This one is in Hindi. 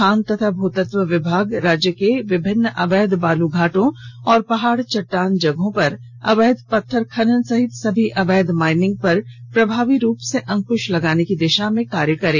खान एवं भूतत्व विभाग राज्य के विभिन्न अवैध बालू घाटों और पहाड़ चट्टान जगहों पर अवैध पत्थर खनन सहित सभी अवैध माइनिंग पर प्रभावी रूप से अंक्श लगाने की दिशा में कार्य करे